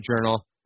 Journal